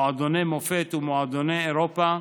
מועדוני מופת ומועדוני אירופה,